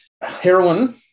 heroin